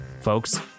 Folks